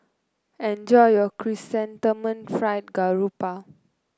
enjoy your Chrysanthemum Fried Garoupa